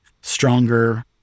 stronger